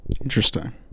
Interesting